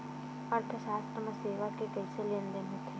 अर्थशास्त्र मा सेवा के कइसे लेनदेन होथे?